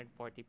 140